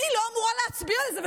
אני לא אמורה להצביע על זה,